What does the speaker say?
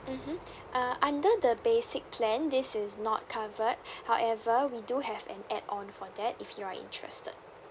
mmhmm uh under the basic plan this is not covered however we do have an add on for that if you're interested